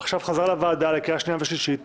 עכשיו חזר לוועדה להכנה לקריאה שנייה ושלישית,